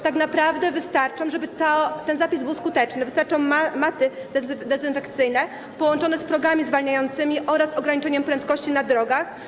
Tak naprawdę, żeby ten zapis był skuteczny, wystarczą maty dezynfekcyjne, połączone z progami zwalniającymi oraz ograniczeniem prędkości na drogach.